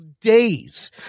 days